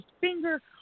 finger